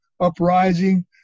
uprising